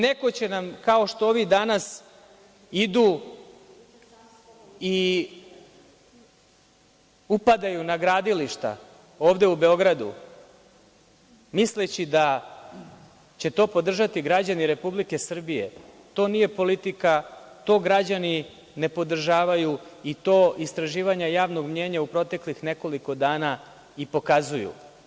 Neko će nam, kao što ovi danas idu i upadaju na gradilišta ovde u Beogradu, misleći da će to podržati građani Republike Srbije, to nije politika, to građani ne podržavaju i to istraživanja javnog mnjenja u proteklih nekoliko dana i pokazuju.